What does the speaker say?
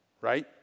right